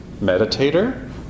meditator